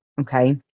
Okay